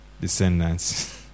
descendants